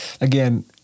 Again